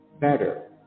better